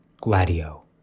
Gladio